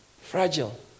Fragile